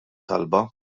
talba